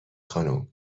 خانم